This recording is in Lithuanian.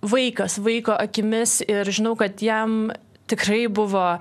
vaikas vaiko akimis ir žinau kad jam tikrai buvo